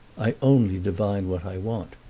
i only divine what i want,